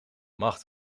macht